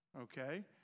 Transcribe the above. okay